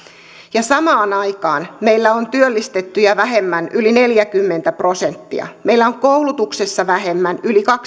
samaan aikaan meillä on työllistettyjä yli neljäkymmentä prosenttia vähemmän meillä on koulutuksessa vähemmän